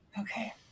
Okay